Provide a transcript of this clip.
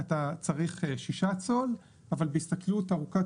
אתה צריך 6 צול אבל בהסתכלות ארוכת